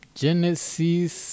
genesis